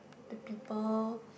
the people